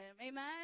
Amen